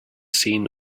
seen